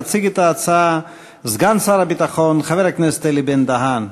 יציג את ההצעה סגן שר הביטחון חבר הכנסת אלי בן-דהן.